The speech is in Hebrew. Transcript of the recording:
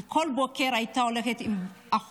כל בוקר היא הייתה הולכת עם אחותה